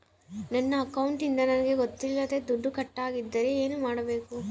ನನ್ನ ಅಕೌಂಟಿಂದ ನನಗೆ ಗೊತ್ತಿಲ್ಲದೆ ದುಡ್ಡು ಕಟ್ಟಾಗಿದ್ದರೆ ಏನು ಮಾಡಬೇಕು?